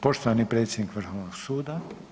Poštovani predsjednik Vrhovnog suda.